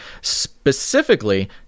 specifically